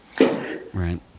Right